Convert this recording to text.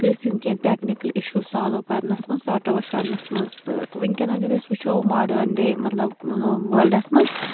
کٲنٛسہِ ہٕنٛدۍ کینٛہہ ٹیٚکنِکَل شوٗ سالو کَرنَس مَنٛز ساٹ اَوُٹ کَرنَس مَنٛز تہٕ وٕنکیٚن اَگَر أسۍ وٕچھو ماڈٲرٕنۍ ڈے مَطلَب وٲلڈَس مَنٛز